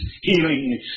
healing